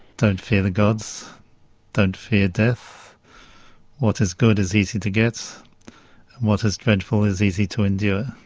don't fear the gods don't fear death what is good is easy to get what is dreadful is easy to endure.